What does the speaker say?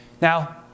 Now